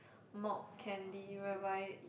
malt candy whereby